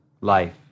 life